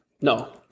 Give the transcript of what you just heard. No